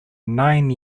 nine